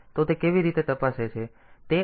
તો તે કેવી રીતે તપાસે છે